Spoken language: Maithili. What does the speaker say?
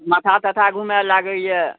माथा तथा घुमय लागैया